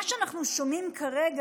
מה שאנחנו שומעים כרגע,